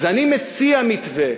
אז אני מציע מתווה,